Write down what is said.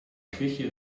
küche